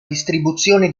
distribuzione